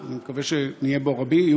אני מקווה שיהיו בו רבים,